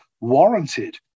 warranted